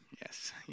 Yes